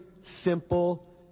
simple